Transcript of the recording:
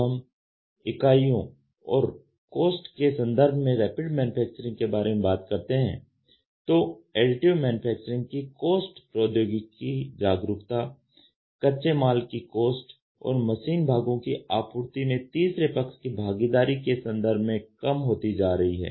जब हम इकाइयों और कॉस्ट के संदर्भ में रैपिड मैन्युफैक्चरिंग के बारे में बात करते हैं तो एडिटिव मैन्युफैक्चरिंग की कॉस्ट प्रौद्योगिकी जागरूकता कच्चे माल की कॉस्ट और मशीन भागों की आपूर्ति में तीसरे पक्ष की भागीदारी के संदर्भ में कम होती जा रही है